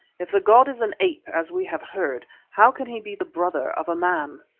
if the god is an ape as we have heard, how can he be the brother of a man?